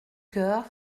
coeur